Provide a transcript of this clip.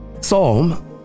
Psalm